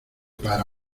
para